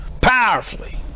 powerfully